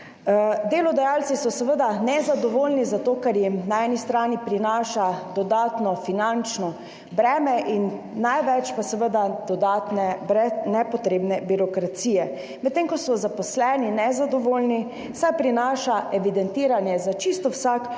Delodajalci so seveda nezadovoljni, zato ker jim na eni strani prinaša dodatno finančno breme, največ pa seveda dodatne nepotrebne birokracije, medtem ko so zaposleni nezadovoljni, saj prinaša evidentiranje za čisto vsak